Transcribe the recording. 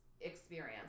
experience